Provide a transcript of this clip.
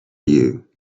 you